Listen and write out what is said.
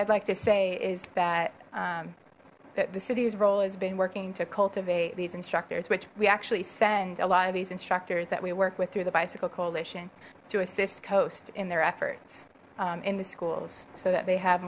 i'd like to say is that the city's role has been working to cultivate these instructors which we actually send a lot of these instructors that we work with through the bicycle coalition to assist coast in their efforts in the schools so that they have